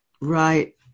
Right